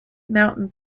mountain